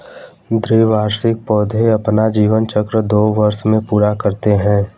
द्विवार्षिक पौधे अपना जीवन चक्र दो वर्ष में पूरा करते है